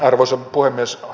arvoisa puhemies